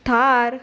Thar